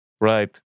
Right